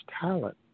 talent